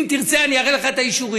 אם תרצה אני אראה לך את האישורים.